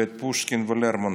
ואת פושקין ולרמונטוב.